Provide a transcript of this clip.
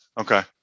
Okay